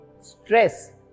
Stress